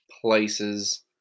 places